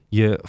je